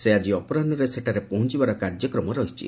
ସେ ଆଜି ଅପରାହୁରେ ସେଠାରେ ପହଞ୍ଚବାର କାର୍ଯ୍ୟକ୍ରମ ରହିଛି